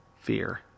fear